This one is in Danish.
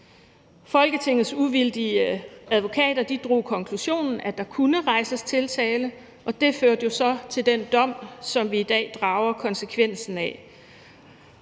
Folketingets uvildige advokater drog konklusionen, at der kunne rejses tiltale, og det førte jo så til den dom, som vi i dag drager konsekvensen af.